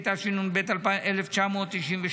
התשנ"ב 1992,